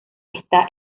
está